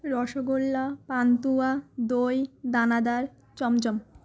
রসগোল্লা পান্তুয়া দই দানাদার চমচম